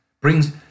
brings